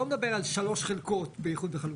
אני לא מדבר על שלוש חלקות באיחוד וחלוקה.